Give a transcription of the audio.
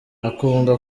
akunda